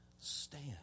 stand